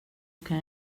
kan